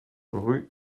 rue